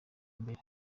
mbere